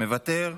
מוותר,